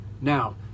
Now